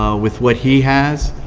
ah with what he has,